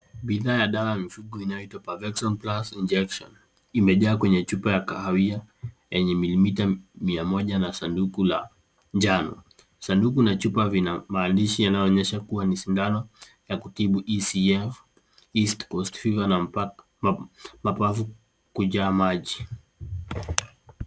Bidhaa ya dawa ya mifugo inayoitwa Per Vexon Plus Injection imejaa kwenye chupa ya kahawia yenye millimetre mia moja na sanduku la njano. Sanduku na chupa vina maandishi yanayoonyesha kuwa ni sindano ya kutibu ECF, East Coast Fever na mapavu kujaa maji.